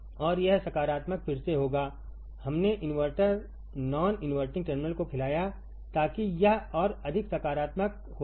और यह सकारात्मक फिर से होगाहमनेइनवर्टर नॉन इन्वर्टिंग टर्मिनल कोखिलायाताकि यह और अधिक सकारात्मक हो सके